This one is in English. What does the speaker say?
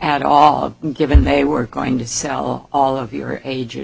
at all given they were going to sell all of your age